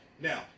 Now